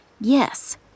yes